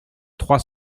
trois